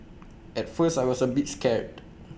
at first I was A bit scared